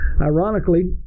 ironically